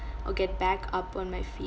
or get back up on my feet